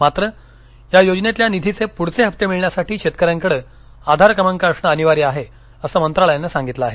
मात्र या योजनेतील निधीचे पुढचे हप्ते मिळण्यासाठी शेतकऱ्यांकडे आधार क्रमांक असणं अनिवार्य आहे असं मंत्रालयानं सांगितलं आहे